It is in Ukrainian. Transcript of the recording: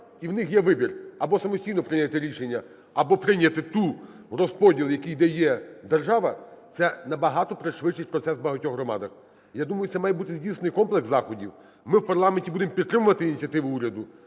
і у них є вибір: або самостійно прийняти рішення, або прийняти той розподіл, який дає держава, це набагато пришвидшить процес у багатьох громадах. Я думаю, це має бути здійснений комплекс заходів. Ми в парламенті будемо підтримувати ініціативу уряду,